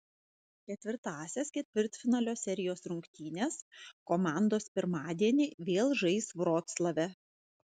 ketvirtąsias ketvirtfinalio serijos rungtynes komandos pirmadienį vėl žais vroclave